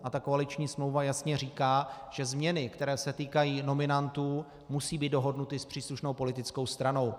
A ta koaliční smlouva jasně říká, že změny, které se týkají nominantů, musí být dohodnuty s příslušnou politickou stranou.